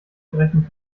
ausgerechnet